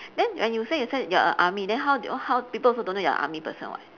then when you say you say you are a army then how how people also don't know you are a army person [what]